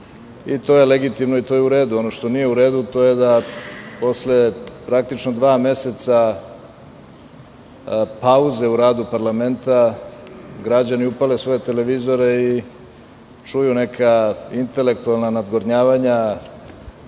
i to je legitimno i to je u redu, ono što nije u redu to je da posle praktičnog dva meseca pauze u radu parlamenta građani upale svoje televizore i čuju neka intelektualna nadgovornjavanja,